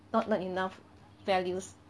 not not enough values